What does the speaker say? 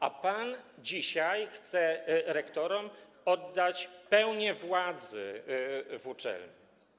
A pan dzisiaj chce rektorom oddać pełnię władzy w uczelniach.